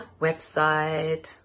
website